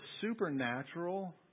supernatural